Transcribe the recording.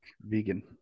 vegan